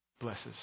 blesses